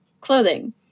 clothing